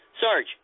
Sarge